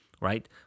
right